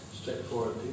straightforward